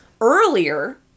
earlier